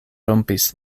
rompis